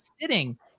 sitting